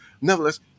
Nevertheless